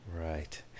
right